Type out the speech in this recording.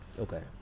Okay